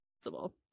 possible